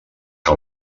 que